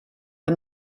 the